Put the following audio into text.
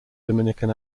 dominican